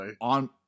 on